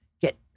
get